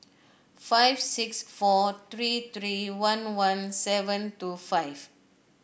five six four three three one one seven two five